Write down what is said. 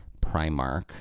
Primark